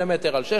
על 6,000,